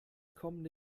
kommende